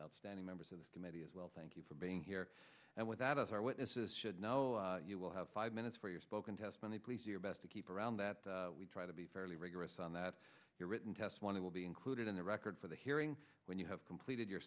outstanding members of the committee as well thank you for being here and without us our witnesses should know you will have five minutes for your spoken testimony please do your best to keep around that we try to be fairly rigorous on that written test one it will be included in the record for the hearing when you have completed your